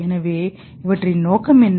எனவே இவற்றின் நோக்கம் என்ன